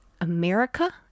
America